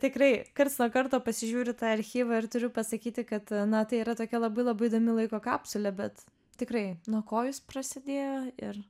tikrai karts nuo karto pasižiūriu tą archyvą ir turiu pasakyti kad na tai yra tokia labai labai įdomi laiko kapsulė bet tikrai nuo ko jis prasidėjo ir